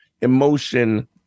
emotion